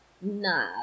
Nah